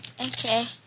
Okay